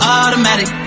automatic